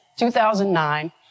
2009